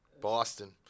Boston